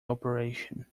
operation